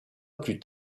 plus